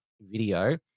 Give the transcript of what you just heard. video